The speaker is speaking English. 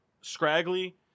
scraggly